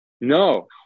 No